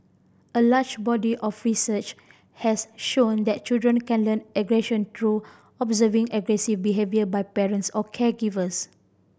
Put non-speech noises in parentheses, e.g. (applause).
a large body of research has shown that children can learn aggression (unintelligible) observing aggressive behaviour by parents or caregivers